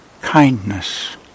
kindness